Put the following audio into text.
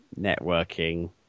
networking